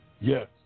Yes